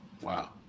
Wow